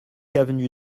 avenue